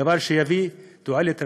דבר שיביא תועלת רבה,